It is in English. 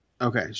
Okay